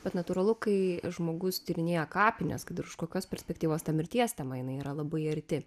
bet natūralu kai žmogus tyrinėja kapines kad ir iš kokios perspektyvos ta mirties tema jinai yra labai arti